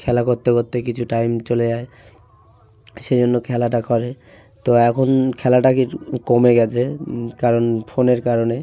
খেলা করতে করতে কিছু টাইম চলে যায় সে জন্য খেলাটা করে তো এখন খেলাটা কিছু কমে গেছে কারণ ফোনের কারণে